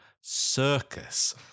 Circus